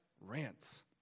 rants